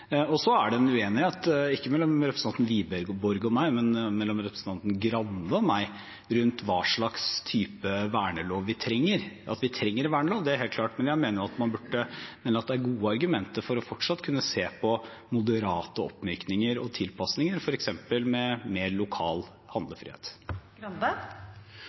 Så er det en uenighet, ikke mellom representanten Wiborg og meg, men mellom representanten Grande og meg, rundt hva slags type vernelov vi trenger. At vi trenger en vernelov, er helt klart, men jeg mener det er gode argumenter for fortsatt å kunne se på moderate oppmykninger og tilpasninger, f.eks. med mer lokal